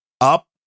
up